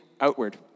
outward